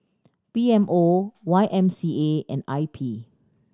P M O Y M C A and I P